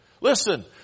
Listen